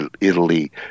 Italy